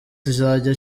kizajya